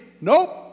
Nope